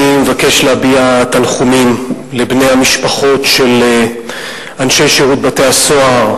אני מבקש להביע תנחומים לבני המשפחות של אנשי שירות בתי-הסוהר,